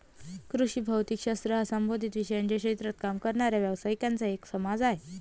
कृषी भौतिक शास्त्र हा संबंधित विषयांच्या क्षेत्रात काम करणाऱ्या व्यावसायिकांचा एक समाज आहे